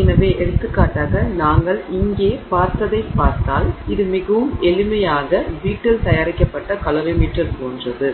எனவே எடுத்துக்காட்டாக நாங்கள் இங்கே பார்த்ததைப் பார்த்தால் இது மிகவும் எளிமையான வீட்டில் தயாரிக்கப்பட்ட கலோரிமீட்டர் போன்றது